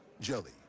Jelly